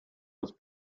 was